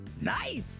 Nice